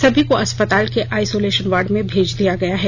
सभी को अस्पताल के आइसोलेशन वार्ड में भेज दिया गया है